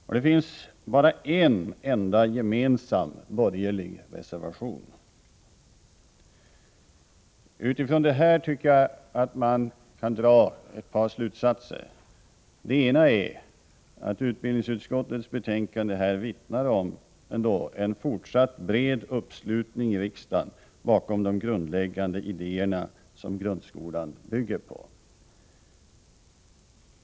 Och det finns bara en enda gemensam borgerlig reservation. Utifrån detta tycker jag att man kan dra ett par slutsatser. Den ena är att utbildningsutskottets betänkande vittnar om en fortsatt bred uppslutning i riksdagen bakom de grundläggande idéer som grundskolan bygger på.